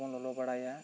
ᱫᱟᱜ ᱠᱚ ᱵᱚᱱ ᱞᱚᱞᱚ ᱵᱟᱲᱟᱭᱟ